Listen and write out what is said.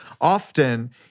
Often